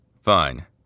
Fine